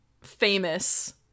famous